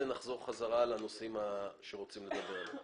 נחזור בחזרה לנושאים עליהם רוצים לדבר.